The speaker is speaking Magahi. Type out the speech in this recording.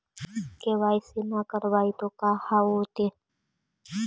के.वाई.सी न करवाई तो का हाओतै?